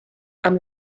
amb